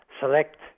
select